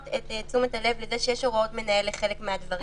את תשומת הלב לזה שיש הוראות מנהל לחלק מהדברים